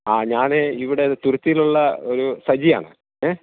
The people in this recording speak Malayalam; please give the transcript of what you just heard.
ആ ഞാന് ഇവിടെ തുരുത്തിയിലുള്ള ഒരു സജിയാണ് ഏ്